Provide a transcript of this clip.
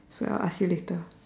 so I will ask you later